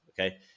Okay